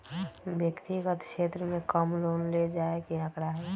व्यक्तिगत क्षेत्र में कम लोन ले जाये के आंकडा हई